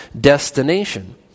destination